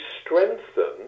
strengthen